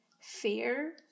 fear